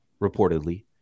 reportedly